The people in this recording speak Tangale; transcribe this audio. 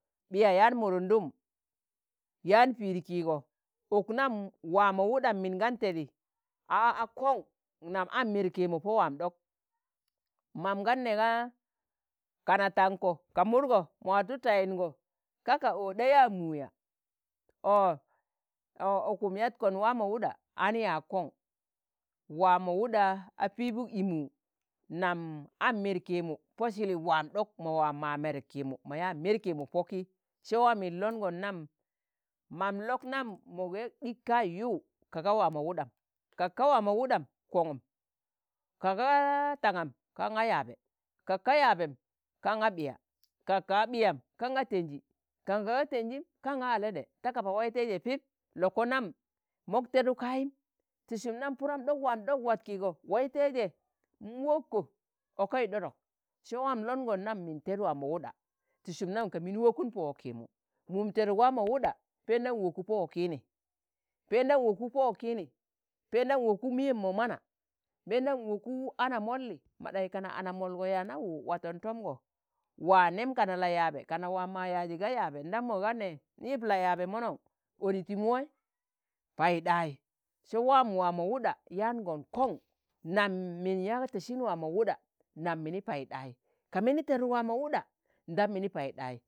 ɓiya yaan mudundum, yaan pịid kịigo, uk nạm waamo wuɗam min gan tedi a- a kon nam an mir kiimu po waam ɗok, mam kan nega, kana tanko ka mudgo, mo watu tayingo kaka ọo ɗa yaa mu̱u yaa? o̱-o ukum yatkon waamo wuɗa an yaag kon, wa̱a mo wuɗa a pibuk i mu, nam an mir kiimu Po Silip waam ɗok, mo waa ma mir kiimu, mo yaa mir kiimu Poki, Se waa min longon nam mam lok nam mo ga ɗik kai yu, ka ga waamo wuɗam, kak ka waa mu wuɗam kongum, ka ga tangam kanga yạabe, kakka yạabem kanga ɓiya, kak ka ɓiyam kanga tenji, kan ka ga tenjim kanga aleɗe, ta kaba wai teije pip loko nam mok teduk ka̱yim ti sum nam purum ɗok waam ɗok wat kiigo wai teije nwokko, okei ɗodok, se waam longon nam min ted waamo wuɗa ti sum nam ka min wokun po wokii mu mum teɗuk waamo wuɗa Pendan woku Po woki ni, Pendan woku Po wokini, Pendan woku miyem mo mana, pendan woku ana molli, mo ɗanyi kana anamolgo yaana u̱u waton tomgo wa̱a nem kana la yạabe, kana waa mo waa mo waa yaazi ga yaabe ndam mo yaa ne nyip layạabe munun, oni ti muwai Paiɗai se waam waamo wuɗa yaangon kon nam min yaa tesin waa mo wuɗa nam mini Paiɗai, ka mini teduk waamo wuɗa ndam mini Paiɗai.